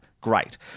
Great